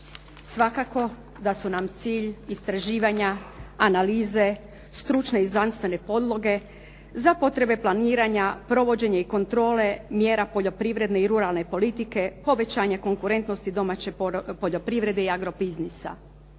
Svakako da su nam cilj istraživanja analize, stručne i znanstvene podloge za potrebe planiranja, provođenje i kontrole mjera poljoprivredne i ruralne politike, povećanja konkurentnosti domaće poljoprivrede i agro biznisa.